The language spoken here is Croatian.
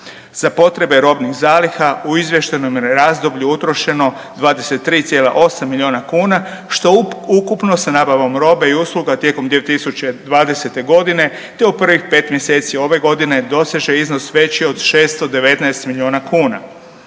Za potrebe robnih zaliha u izvještajnom je razdoblju utrošeno 23,8 miliona kuna što ukupno sa nabavom robe i usluga tijekom 2020. godine te u prvih 5 mjeseci ove godine doseže iznos veći od 619 miliona kuna.